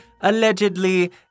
allegedly